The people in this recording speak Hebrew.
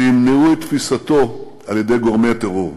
שימנעו את תפיסתו על-ידי גורמי טרור.